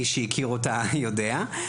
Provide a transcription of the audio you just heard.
מי שהכיר אותה יודע,